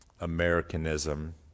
Americanism